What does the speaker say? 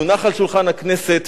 יונח על שולחן הכנסת,